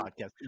podcast